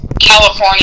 California